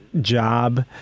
job